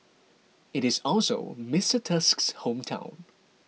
it is also Mister Tusk's hometown